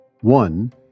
One